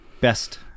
best